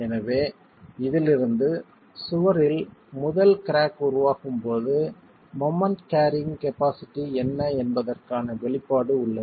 எனவே இதிலிருந்து சுவரில் முதல் கிராக் உருவாகும் போது மொமெண்ட் கேர்ரியிங் கபாஸிட்டி என்ன என்பதற்கான வெளிப்பாடு உள்ளது